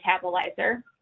metabolizer